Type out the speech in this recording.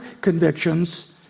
convictions